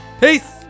Peace